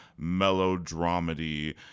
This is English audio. melodramedy